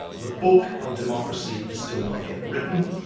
the book of democracy is still not yet written,